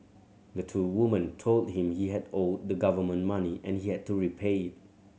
the two woman told him he had owed the government money and he had to repay it